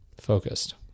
focused